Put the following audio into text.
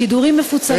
שידורים מפוצלים,